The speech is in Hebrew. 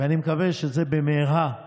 אני מקווה שזה במהרה ייושם,